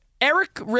Eric